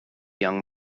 young